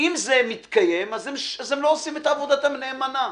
אם זה מתקיים אז הם לא עושים את עבודתם נאמנה.